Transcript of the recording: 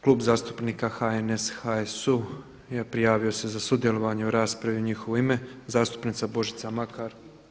Klub zastupnika HNS, HSU prijavio se za sudjelovanje u raspravi, u njihovo ime zastupnica Božica Makar.